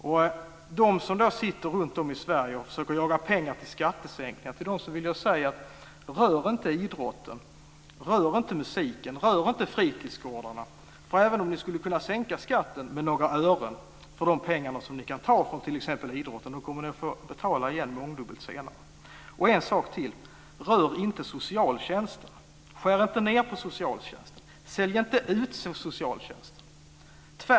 Till dem som sitter runtom i Sverige och försöker jaga pengar till skattesänkningar vill jag säga: Rör inte idrotten! Rör inte musiken! Rör inte fritidsgårdarna! För även om ni skulle kunna sänka skatten med några ören för de pengar som ni kan ta från t.ex. idrotten, kommer ni att få betala igen detta mångdubbelt senare. Jag vill säga en sak till. Rör inte socialtjänsten! Skär inte ned på socialtjänsten! Sälj inte ut socialtjänsten!